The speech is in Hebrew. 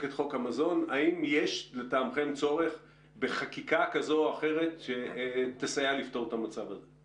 את חוק המזון צורך בחקיקה כזו או אחרת שתסייע לפתור את המצב הזה?